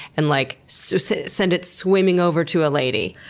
and like so so send it swimming over to a lady.